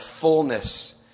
fullness